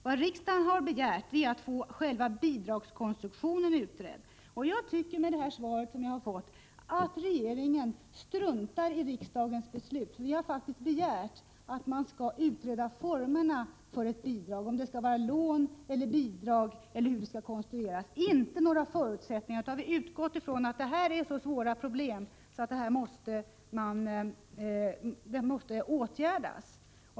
Vad riksdagen begärt är att få själva bidragskonstruktionen utredd. Jag tycker, efter att ha fått det här svaret, att regeringen struntar i riksdagens beslut. Vi har faktiskt begärt att man skall utreda formerna för ett bidrag — om det skall vara lån eller bidrag eller hur det skall konstrueras — och inte några förutsättningar. Vi har utgått från att det här är så svåra problem att de måste åtgärdas.